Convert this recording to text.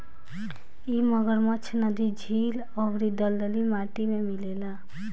इ मगरमच्छ नदी, झील अउरी दलदली माटी में मिलेला